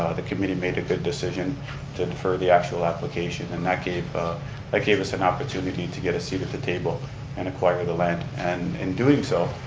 the committee made a good decision to defer the actual application, and that gave like gave us an opportunity to get a seat at the table and acquire the land. and in doing so,